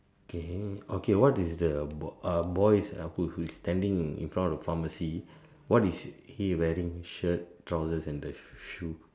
okay okay what is the ah boy's ah who who is standing in front of the pharmacy what is he wearing shirt trouser and the shoes